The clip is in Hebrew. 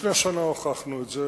לפני שנה הוכחנו את זה.